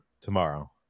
tomorrow